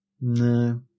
No